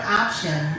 option